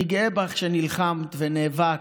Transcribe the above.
אני גאה בך, שנלחמת ונאבקת,